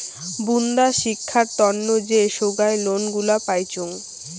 বুন্দা শিক্ষার তন্ন যে সোগায় লোন গুলা পাইচুঙ